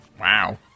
Wow